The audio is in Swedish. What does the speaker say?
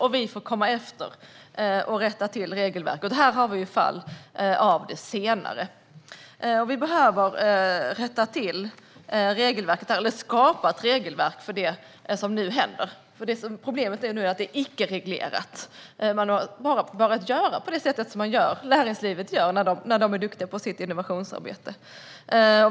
Då får vi komma efter och rätta till regelverken. Det här är ett fall av det senare. Vi behöver rätta till regelverket här, eller skapa ett regelverk för det som nu händer. Problemet är att det för närvarande inte är reglerat. Man har bara börjat göra så som näringslivet gör när man är duktig på sitt innovationsarbete.